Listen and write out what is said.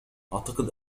أعتقد